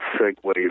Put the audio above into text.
segue